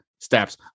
steps